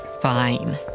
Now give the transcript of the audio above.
Fine